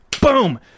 Boom